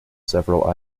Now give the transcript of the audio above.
several